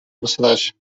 precedeix